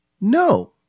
no